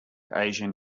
asian